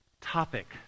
topic